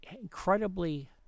incredibly